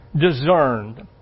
discerned